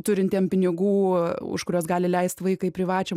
turintiem pinigų už kuriuos gali leisti vaiką į privačią